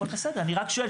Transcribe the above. הכל בסדר אני רק שואל,